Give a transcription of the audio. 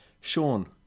Sean